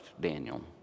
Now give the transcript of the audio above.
Daniel